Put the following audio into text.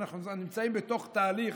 אנחנו נמצאים בתוך תהליך